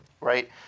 Right